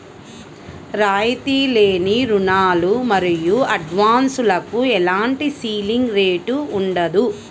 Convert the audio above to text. రాయితీ లేని రుణాలు మరియు అడ్వాన్సులకు ఎలాంటి సీలింగ్ రేటు ఉండదు